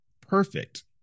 perfect